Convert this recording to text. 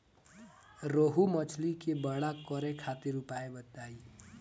रोहु मछली के बड़ा करे खातिर उपाय बताईं?